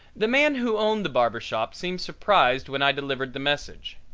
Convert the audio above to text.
the man who owned the barber shop seemed surprised when i delivered the message,